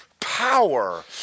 Power